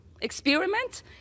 experiment